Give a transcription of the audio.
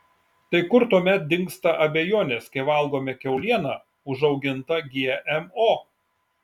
tai kur tuomet dingsta abejonės kai valgome kiaulieną užaugintą gmo